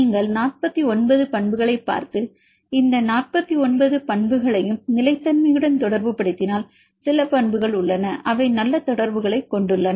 நீங்கள் 49 பண்புகளைப் பார்த்து இந்த 49 பண்புகளையும் நிலைத்தன்மையுடன் தொடர்புபடுத்தினால் சில பண்புகள் உள்ளன அவை நல்ல தொடர்புகளைக் கொண்டுள்ளன